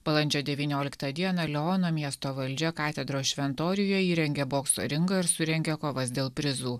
balandžio devynioliktą dieną liono miesto valdžia katedros šventoriuje įrengė bokso ringą ir surengė kovas dėl prizų